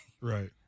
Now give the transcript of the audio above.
Right